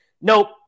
Nope